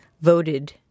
Voted